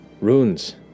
runes